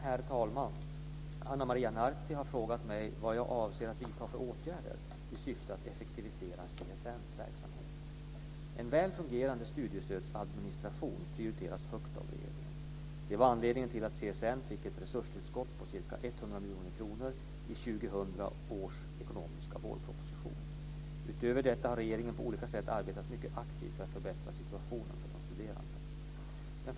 Herr talman! Ana Maria Narti har frågat mig vad jag avser att vidta för åtgärder i syfte att effektivisera En väl fungerande studiestödsadministration prioriteras högt av regeringen. Det var anledningen till att CSN fick ett resurstillskott på ca 100 miljoner kronor i 2000 års ekonomiska vårproposition. Utöver detta har regeringen på olika sätt arbetat mycket aktivt med att förbättra situationen för de studerande.